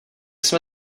jsme